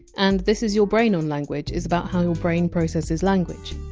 and this is your brain on language is about how your brain processes language.